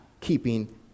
keeping